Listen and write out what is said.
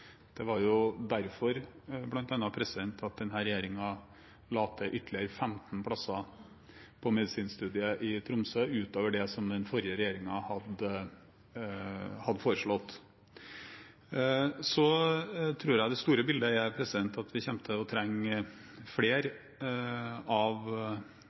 Det var bl.a. derfor at denne regjeringen la til ytterligere 15 plasser på medisinstudiet i Tromsø, utover det som den forrige regjeringen hadde foreslått. Så tror jeg det store bildet er at vi kommer til å trenge flere av